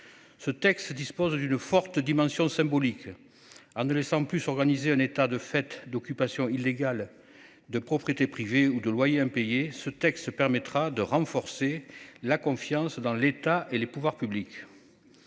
Ce texte dispose d'une forte dimension symbolique. En ne laissant plus organiser un état de fait d'occupation illégale de propriété privée ou de loyers impayés ce texte permettra de renforcer la confiance dans l'État et les pouvoirs publics.